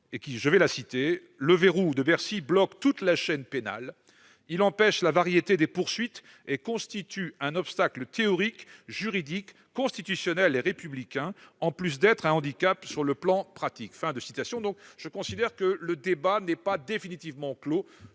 de ce débat :« Le verrou de Bercy bloque toute la chaîne pénale. Il empêche la variété des poursuites et constitue un obstacle théorique, juridique, constitutionnel et républicain, en plus d'être un handicap sur le plan pratique. » Le débat n'est donc pas définitivement clos,